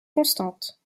constante